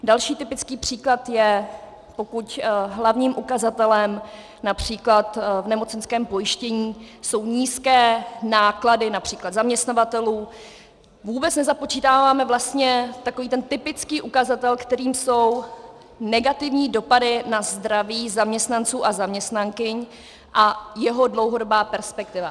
Další typický příklad je, pokud hlavním ukazatelem například v nemocenském pojištění jsou nízké náklady, například zaměstnavatelů, vůbec nezapočítáváme vlastně takový ten typický ukazatel, kterým jsou negativní dopady na zdraví zaměstnanců a zaměstnankyň a jeho dlouhodobá perspektiva.